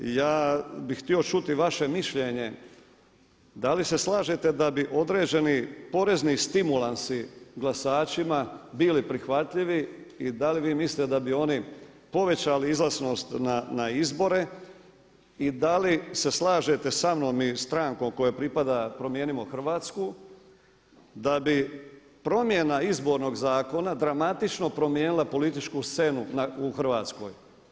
Ja bih htio čuti vaše mišljenje da li se slažete da bi određeni porezni stimulansi biračima bili prihvatljivi i da li vi mislite da bi oni povećali izlaznost na izbore i da li se slažete samnom i strankom kojom pripadam Promijenimo Hrvatsku da bi promjena Izbornog zakona dramatično promijenila političku scenu u Hrvatskoj?